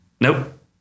Nope